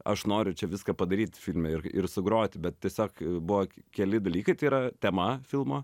aš noriu čia viską padaryt filme ir ir sugroti bet tiesiog buvo keli dalykai tai yra tema filmo